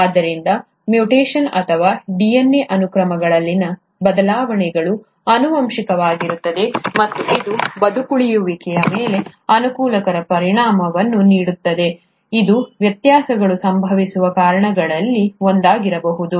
ಆದ್ದರಿಂದ ಮ್ಯೂಟೇಶನ್ ಅಥವಾ DNA ಅನುಕ್ರಮಗಳಲ್ಲಿನ ಬದಲಾವಣೆಗಳು ಆನುವಂಶಿಕವಾಗಿರುತ್ತವೆ ಮತ್ತು ಇದು ಬದುಕುಳಿಯುವಿಕೆಯ ಮೇಲೆ ಅನುಕೂಲಕರ ಪರಿಣಾಮವನ್ನು ನೀಡುತ್ತದೆ ಇದು ವ್ಯತ್ಯಾಸಗಳು ಸಂಭವಿಸುವ ಕಾರಣಗಳಲ್ಲಿ ಒಂದಾಗಿರಬಹುದು